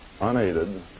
unaided